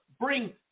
bring